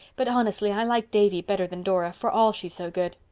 but honestly, i like davy better than dora, for all she's so good.